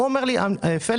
הוא אומר לי: פליקס,